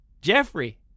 Jeffrey